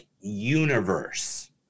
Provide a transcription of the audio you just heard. Universe